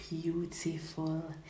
beautiful